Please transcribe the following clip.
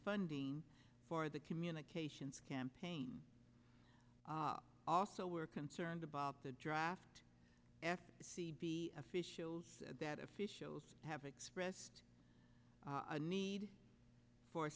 funding for the communications campaign also we're concerned about the draft f c b officials that officials have expressed a need for